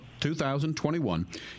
2021